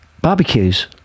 Barbecues